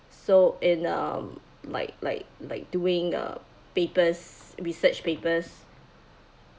so in um like like like doing uh papers research papers